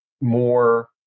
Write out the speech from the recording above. more